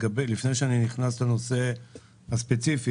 לפני שאני נכנס לנושא הספציפי,